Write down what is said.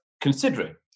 considering